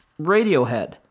Radiohead